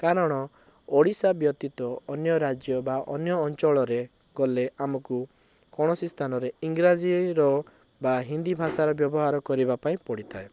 କାରଣ ଓଡ଼ିଶା ବ୍ୟତୀତ ଅନ୍ୟ ରାଜ୍ୟ ବା ଅନ୍ୟ ଅଞ୍ଚଳରେ ଗଲେ ଆମକୁ କୌଣସି ସ୍ଥାନରେ ଇଂରାଜୀ ର ବା ହିନ୍ଦୀ ଭାଷାର ବ୍ୟବହାର କରିବା ପାଇଁ ପଡ଼ିଥାଏ